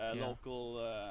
Local